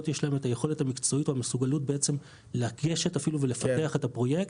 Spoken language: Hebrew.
יש את היכולת המקצועית או את המסוגלות בעצם לגשת אפילו ולפתח את הפרויקט.